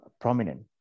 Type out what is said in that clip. prominent